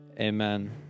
Amen